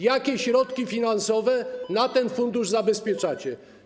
Jakie środki finansowe na ten fundusz zabezpieczacie?